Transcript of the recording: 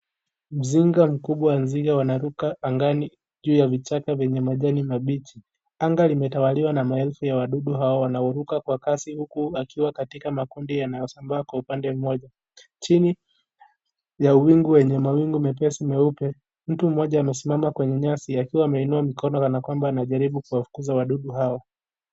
Mzinga mkubwa wa zinge wanaruka angani juu ya vichaka venye majani mabichi, anga limetawaliwa na maelfu ya wadudu hawa wanaruka kwa kazi huku wakiwa katika makundi yanayosambaa kwa upande mmoja chini ya wingu yenye mawingu mepesi meupe ,mtu mmoja amesimama kwenye nyasi akiwa ameinua mkono kana kwamba anataka kuwafukuza wadudu hao.